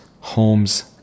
homes